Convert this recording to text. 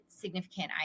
significant